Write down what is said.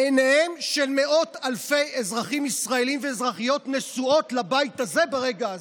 עיניהם של מאות אלפי אזרחים ואזרחיות ישראלים נשואות לבית הזה ברגע הזה.